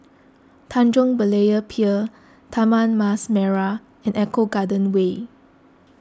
Tanjong Berlayer Pier Taman Mas Merah and Eco Garden Way